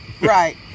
right